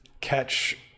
catch